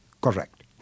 Correct